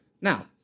Now